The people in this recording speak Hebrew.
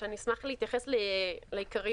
אני אשמח להתייחס לעיקריות.